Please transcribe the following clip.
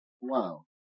Wow